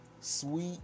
sweet